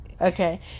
okay